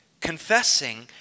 confessing